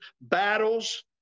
battles